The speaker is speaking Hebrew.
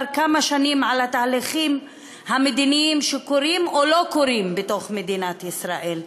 כמה שנים על התהליכים המדיניים שקורים או לא קורים בתוך מדינת ישראל.